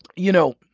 you know?